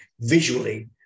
visually